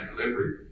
delivery